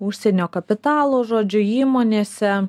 užsienio kapitalo žodžiu įmonėse